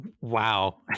Wow